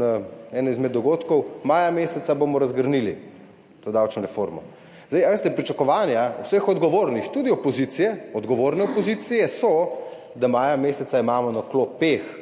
na enem izmed dogodkov: »Maja meseca bomo razgrnili to davčno reformo.« Veste, pričakovanja vseh odgovornih, tudi opozicije, odgovorne opozicije so, da maja meseca imamo na klopeh